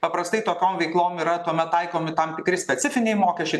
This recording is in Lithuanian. paprastai tokiom veiklom yra tuomet taikomi tam tikri specifiniai mokesčiai